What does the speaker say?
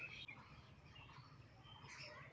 railway बजटक केंद्रीय budget स पहिले पेश कराल जाछेक